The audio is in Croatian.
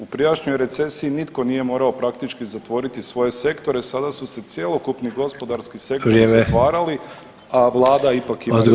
U prijašnjoj recesiji nitko nije morao praktički zatvoriti svoje sektore, sada su se cjelokupni gospodarski sektori zatvarali [[Upadica: Vrijeme]] , a vlada ipak ima rezultate.